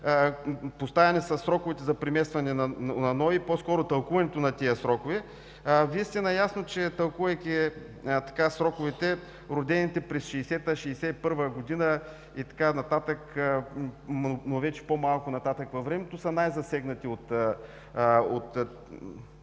поставяни със сроковете за преместване на НОИ и по-скоро тълкуване на тези срокове. Вие сте наясно, че, тълкувайки сроковете, родените през 1960 г., през 1961 г. и така нататък, но вече по-малко нататък във времето, са най-засегнати и имат